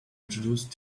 introduce